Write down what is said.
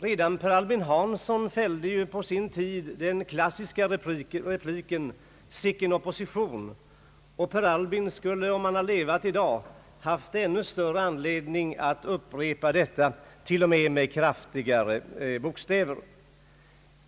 Redan Per Albin Hansson fällde på sin tid den klassiska repliken »Sicken opposition!», och Per Albin skulle, om han hade levat i dag, ha haft större anledning att upprepa detta, med kraftigare bokstäver till och med.